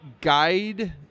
guide